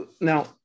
now